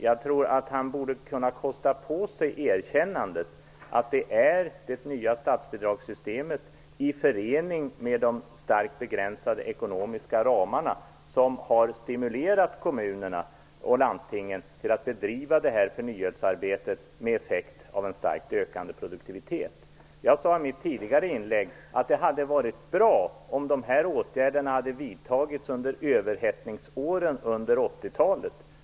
Jag tror att han borde kunna kosta på sig att erkänna att det är det nya statsbidragssystemet i förening med de starkt begränsade ekonomiska ramarna som har stimulerat kommunerna och landstingen till att bedriva förnyelsearbetet med effekten en starkt ökande produktivitet. Jag sade i mitt tidigare inlägg att det hade varit bra om de åtgärderna hade vidtagits under överhettningsåren under 1980-talet.